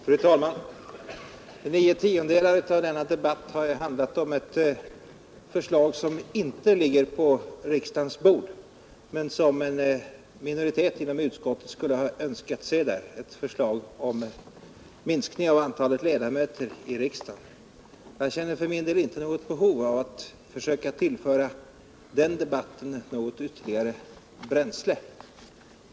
Fru talman! Nio tiondelar av denna debatt har handlat om ett förslag som inte ligger på riksdagens bord men som en minoritet inom utskottet skulle ha önskat se där, ett förslag om en minskning av antalet ledamöter i riksdagen. Jag känner för min del inget behov av att försöka tillföra den debatten något ytterligare bränsle.